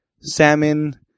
salmon